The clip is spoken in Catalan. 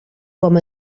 com